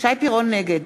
נגד